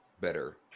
better